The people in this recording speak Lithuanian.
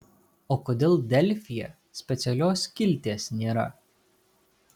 o kodėl delfyje specialios skilties nėra